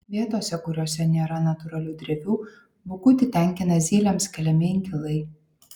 vietose kuriose nėra natūralių drevių bukutį tenkina zylėms keliami inkilai